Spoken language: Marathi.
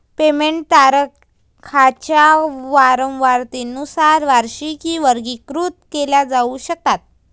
पेमेंट तारखांच्या वारंवारतेनुसार वार्षिकी वर्गीकृत केल्या जाऊ शकतात